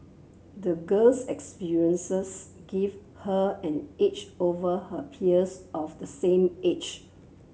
the girl's experiences gave her an edge over her peers of the same age